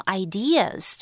ideas